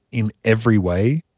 in every way,